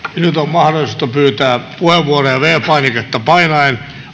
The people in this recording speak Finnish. mahdollista pyytää puheenvuoroja viides painiketta painaen